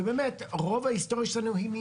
ובאמת רוב ההיסטוריה שלנו היא,